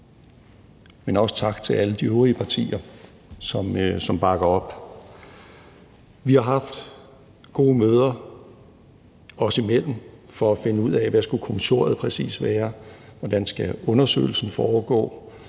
Men også tak til alle de øvrige partier, som bakker det op. Vi har haft gode møder os imellem for at finde ud af, hvad kommissoriet præcis skulle være, hvordan undersøgelsen skal foregå,